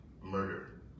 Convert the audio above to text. murder